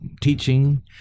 teaching